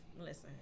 listen